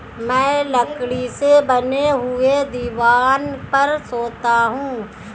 मैं लकड़ी से बने हुए दीवान पर सोता हूं